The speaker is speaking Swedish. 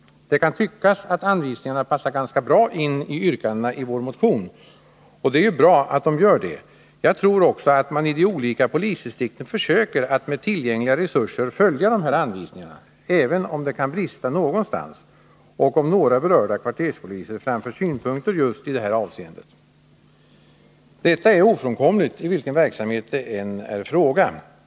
Det kan tyckas att anvisningarna passar ganska bra in i yrkandena i vår motion, och det är bra att de gör det. Jag tror också att man i de olika polisdistrikten försöker att med tillgängliga resurser följa anvisning arna, även om det kan brista någonstans och om några berörda kvarterspoliser framför synpunkter just i det här avseendet. Detta är ofrånkomligt, vilken verksamhet det än är fråga om.